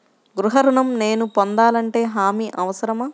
గృహ ఋణం నేను పొందాలంటే హామీ అవసరమా?